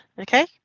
okay